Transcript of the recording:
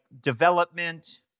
development